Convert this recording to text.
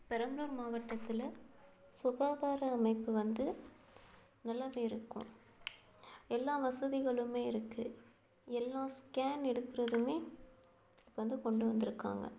பெரம்பலூர் மாவட்டத்தில் சுகாதார அமைப்பு வந்து நல்லா இருக்கும் எல்லாம் வசதிகளும் இருக்குது எல்லாம் ஸ்கேன் எடுக்கிறதும் வந்து கொண்டு வந்திருக்காங்க